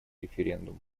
референдум